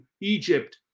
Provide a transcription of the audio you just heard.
Egypt